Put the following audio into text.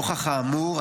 נוכח האמור,